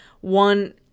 One